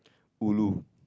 ulu